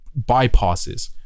bypasses